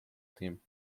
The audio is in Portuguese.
tempo